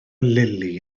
lili